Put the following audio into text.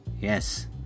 yes